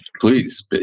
please